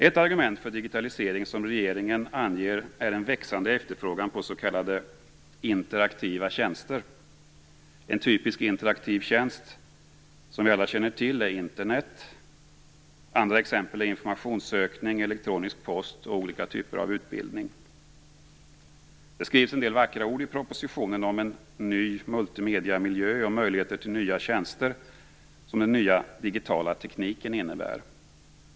Ett argument för digitalisering som regeringen anger är en växande efterfrågan på s.k. interaktiva tjänster. En typisk interaktiv tjänst som vi alla känner till är Internet. Andra exempel är informationssökning, elektronisk post och olika typer av utbildning. Det skrivs en del vackra ord i propositionen om en ny multimediamiljö och de möjligheter till nya tjänster som den nya digitala tekniken innebär.